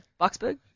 Boxburg